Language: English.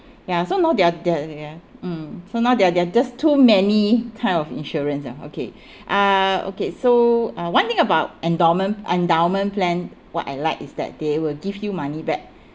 ya so now there're there're ya mm so now there're there're just too many kind of insurance ah okay uh okay so uh one thing about endowment endowment plan what I like is that they will give you money back